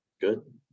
Good